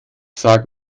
sag